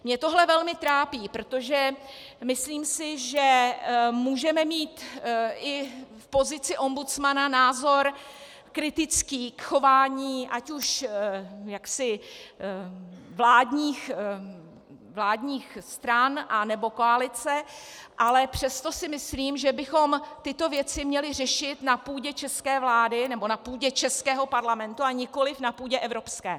Mě tohle velmi trápí, protože si myslím, že můžeme mít i v pozici ombudsmana názor kritický k chování ať už vládních stran, nebo koalice, ale přesto si myslím, že bychom tyto věci měli řešit na půdě české vlády nebo na půdě českého Parlamentu, a nikoli na půdě evropské.